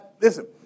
listen